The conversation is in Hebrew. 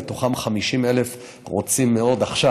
מתוכם 50,000 רוצים לעלות עכשיו.